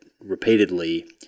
repeatedly